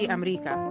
America